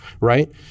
right